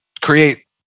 create